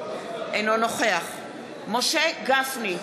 אינו נוכח משה גפני,